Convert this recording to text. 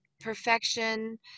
perfection